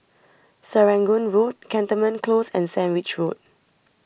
Serangoon Road Cantonment Close and Sandwich Road